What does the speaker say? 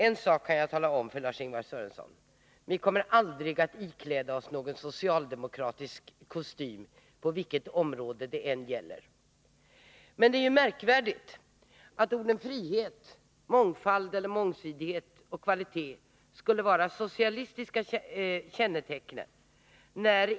En sak kan jag försäkra Lars-Ingvar Sörenson: vi kommer aldrig att ikläda oss någon socialdemokratisk kostym på vilket område det än gäller. Men det är märkvärdigt att orden frihet, mångfald, mångsidighet och kvalitet skulle vara några socialistiska kännetecken.